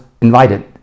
invited